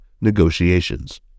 negotiations